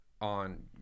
on